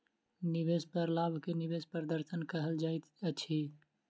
निवेश पर लाभ के निवेश प्रदर्शन कहल जाइत अछि